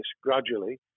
gradually